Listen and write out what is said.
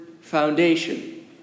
foundation